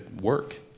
work